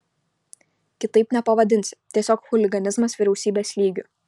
kitaip nepavadinsi tiesiog chuliganizmas vyriausybės lygiu